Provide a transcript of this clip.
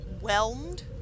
whelmed